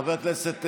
חבר הכנסת רול,